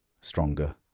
stronger